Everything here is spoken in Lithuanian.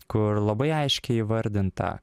kur labai aiškiai įvardinta